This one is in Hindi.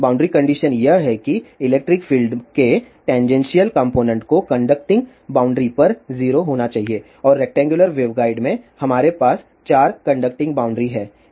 बॉउंड्री कंडीशन यह है कि इलेक्ट्रिक फील्ड के टैनजेंसिअल कॉम्पोनेन्ट को कंडक्टिंग बॉउंड्री पर 0 होना चाहिए और रेक्टैंगुलर वेवगाइड में हमारे पास 4 कंडक्टिंग बॉउंड्री हैं